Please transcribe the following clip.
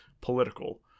political